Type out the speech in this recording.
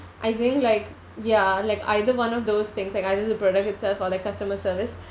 I think like ya like either one of those things like either the product itself or the customer service